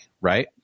Right